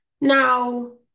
Now